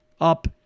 up